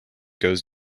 goes